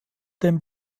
dem